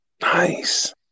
Nice